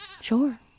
sure